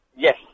Yes